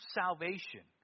salvation